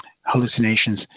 hallucinations